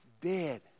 Dead